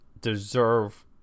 deserve